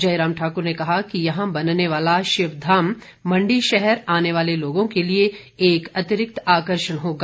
जयराम ठाकुर ने कहा कि यहां बनने वाला शिवधाम मण्डी शहर आने वाले लोगों के लिए एक अतिरिक्त आकर्षण होगा